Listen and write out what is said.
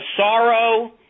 sorrow